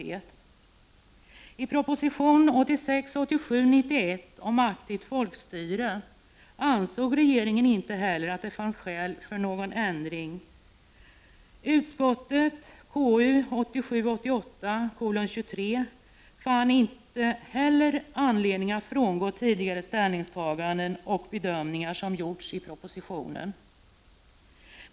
15 november 1989 I proposition 1986 88:23 inte heller anledning att frångå tidigare ställningstaganden och bedömningar som gjorts i propositionen.